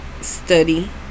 study